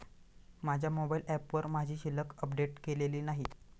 माझ्या मोबाइल ऍपवर माझी शिल्लक अपडेट केलेली नाही